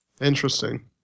Interesting